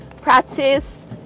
practice